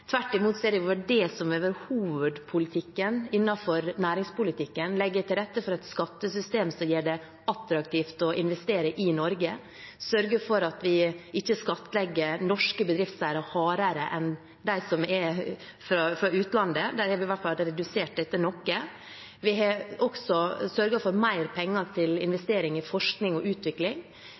Tvert imot har jo det vært hovedpolitikken innenfor næringspolitikken – å legge til rette for et skattesystem som gjør det attraktivt å investere i Norge, sørge for at vi ikke skattlegger norske bedriftseiere hardere enn dem som er fra utlandet. Der har vi i hvert fall fått redusert dette noe. Vi har også sørget for mer penger til investering i forskning og utvikling.